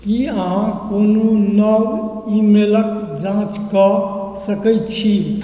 की अहाँ कोनो नव ईमेलक जाँच कऽ सकैत छी